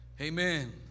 amen